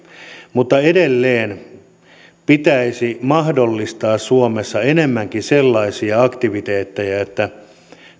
mutta edelleen pitäisi mahdollistaa suomessa enemmänkin sellaisia aktiviteetteja että